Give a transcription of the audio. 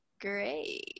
great